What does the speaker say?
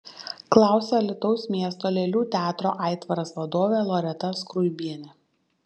klausia alytaus miesto lėlių teatro aitvaras vadovė loreta skruibienė